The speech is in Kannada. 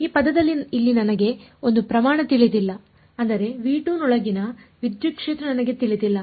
ಈ ಪದದಲ್ಲಿ ಇಲ್ಲಿ ನನಗೆ ಒಂದು ಪ್ರಮಾಣ ತಿಳಿದಿಲ್ಲ ಅಂದರೆ ನೊಳಗಿನ ವಿದ್ಯುತ್ ಕ್ಷೇತ್ರ ನನಗೆ ತಿಳಿದಿಲ್ಲ